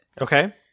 Okay